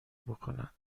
بکنند